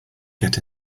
get